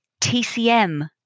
TCM